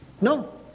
No